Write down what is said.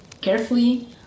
Carefully